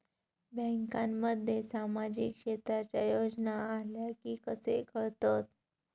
बँकांमध्ये सामाजिक क्षेत्रांच्या योजना आल्या की कसे कळतत?